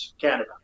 Canada